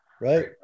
right